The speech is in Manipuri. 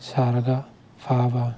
ꯁꯥꯔꯒ ꯐꯥꯕ